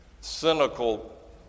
cynical